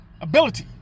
ability